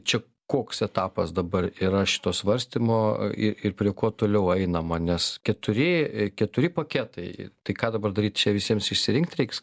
čia koks etapas dabar yra šito svarstymo ir ir prie ko toliau einama nes keturi keturi paketai tai ką dabar daryt čia visiems išsirinkti reiks